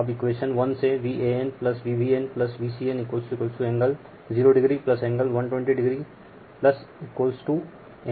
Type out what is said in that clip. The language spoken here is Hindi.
अब इक्वेशन 1 से VanVbnVcn angle 0o angle 120o angle 120o हैं